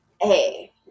Hey